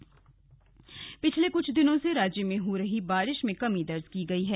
मौसम पिछले कुछ दिनों से राज्य में हो रही बारिश में कमी दर्ज की गई है